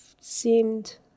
seemed